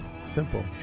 Simple